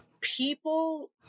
people